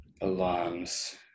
alarms